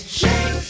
shake